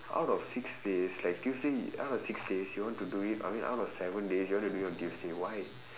out of six days like tuesday out of six days you want to do it I mean out of seven days you want to do it on tuesday why